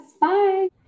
Bye